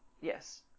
Yes